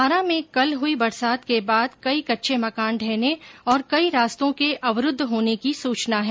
बारां में कल हुई बरसात के बाद कई कच्चे मकान ढहने और कई रास्तों के अवरुद्ध होने की सूचना है